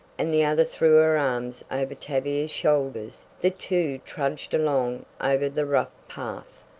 and the other threw her arms over tavia's shoulders, the two trudged along over the rough path,